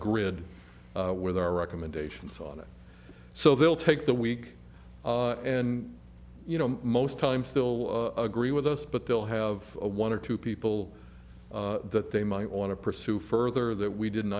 grid with our recommendations on it so they'll take the week and you know most times still agree with us but they'll have a one or two people that they might want to pursue further that we didn't